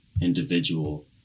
individual